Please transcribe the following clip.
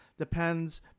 depends